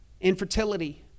Infertility